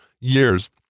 years